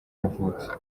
yavutse